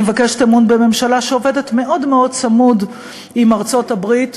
אני מבקשת אמון בממשלה שעובדת מאוד מאוד צמוד עם ארצות-הברית,